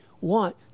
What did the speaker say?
want